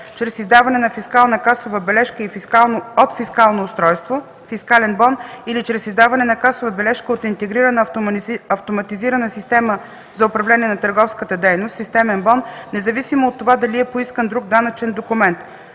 чрез издаване на фискална касова бележка от фискално устройство (фискален бон) или чрез издаване на касова бележка от интегрирана автоматизирана система за управление на търговската дейност (системен бон), независимо от това дали е поискан друг данъчен документ.